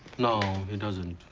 no, he doesn't.